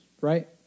right